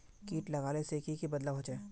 किट लगाले से की की बदलाव होचए?